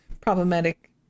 problematic